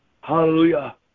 Hallelujah